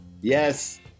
yes